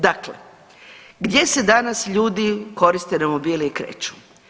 Dakle, gdje se danas ljudi koriste romobile i kreću?